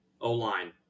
O-line